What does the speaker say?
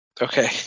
Okay